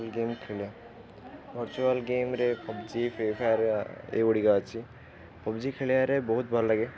game ଖେଳିବା virtual ଗେମ୍ରେ PUBG Free Fire ଏଗୁଡ଼ିକ ଅଛି ପବ୍ଜି ଖେଳିବାରେ ବହୁତ ଭଲ ଲାଗେ